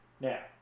now